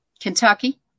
Kentucky